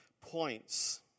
points